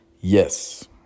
yes